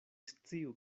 sciu